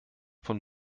von